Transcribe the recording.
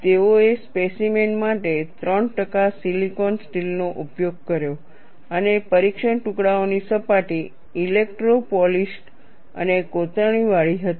તેઓએ સ્પેસીમેન માટે 3 ટકા સિલિકોન સ્ટીલ નો ઉપયોગ કર્યો અને પરીક્ષણ ટુકડાઓની સપાટી ઇલેક્ટ્રો પોલિશ્ડ અને કોતરણીવાળી હતી